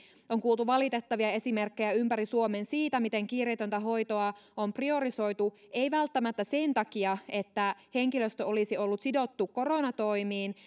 on kuultu valitettavia esimerkkejä ympäri suomen siitä miten kiireetöntä hoitoa on priorisoitu pois ei välttämättä sen takia että henkilöstö olisi ollut sidottu koronatoimiin